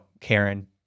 karen